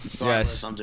Yes